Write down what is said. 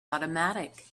automatic